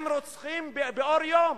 הם רוצחים לאור יום.